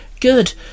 Good